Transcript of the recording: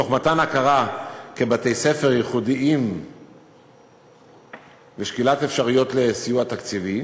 תוך מתן הכרה כבתי-ספר ייחודיים ושקילת אפשרויות לסיוע תקציבי,